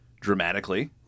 dramatically